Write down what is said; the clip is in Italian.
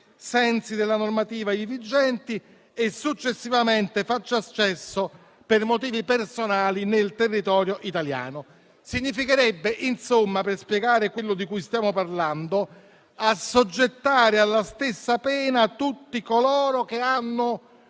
sensi della normativa ivi vigente, e successivamente faccia accesso, per motivi personali, nel territorio italiano. Significherebbe insomma - per spiegare quello di cui stiamo parlando - assoggettare alla stessa pena tutti coloro che hanno